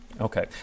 Okay